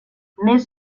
més